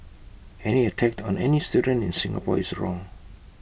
any attack on any student in Singapore is wrong